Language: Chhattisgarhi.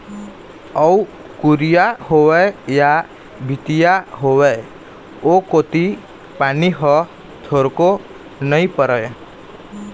अउ कुरिया होवय या भीतिया होवय ओ कोती पानी ह थोरको नइ परय